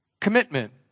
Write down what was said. Commitment